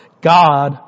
God